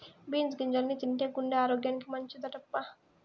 beans గింజల్ని తింటే గుండె ఆరోగ్యానికి మంచిదటబ్బా